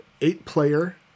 eight-player